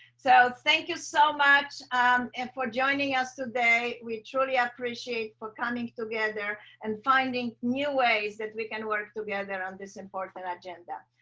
so thank you so much and for joining us today. we truly appreciate for coming together and finding new ways that we can work together on this important and agenda.